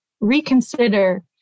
reconsider